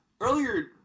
earlier